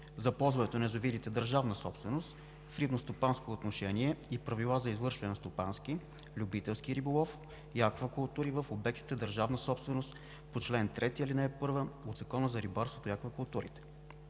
за ползването на язовирите – държавна собственост, в рибностопанско отношение и правила за извършване на стопански, любителски риболов и аквакултури в обектите – държавна собственост, по чл. 3, ал. 1 от Закона за рибарството и аквакултурите.